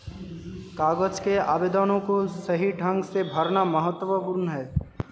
कागज के आवेदनों को सही ढंग से भरना महत्वपूर्ण है